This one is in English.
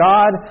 God